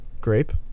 Grape